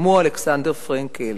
גם הוא אלכסנדר פרנקל,